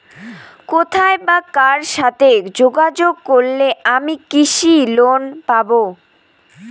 কোথায় বা কার সাথে যোগাযোগ করলে আমি কৃষি লোন পাব?